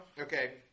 Okay